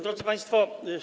Drodzy Państwo!